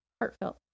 heartfelt